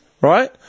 right